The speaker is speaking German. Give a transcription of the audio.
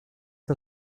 der